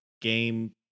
game